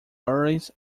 earrings